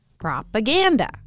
propaganda